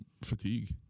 fatigue